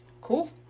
Cool